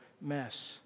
mess